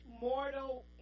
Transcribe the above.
mortal